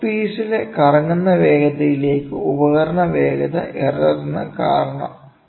work പീസിലെ കറങ്ങുന്ന വേഗതയിലേക്ക് ഉപകരണ വേഗത എറർ ന് കാരണം